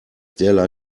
derlei